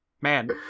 Man